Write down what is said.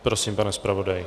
Prosím, pane zpravodaji.